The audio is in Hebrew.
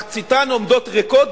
מחציתן עומדות ריקות,